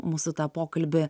mūsų tą pokalbį